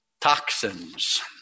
toxins